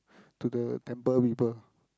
to the temple people